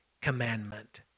commandment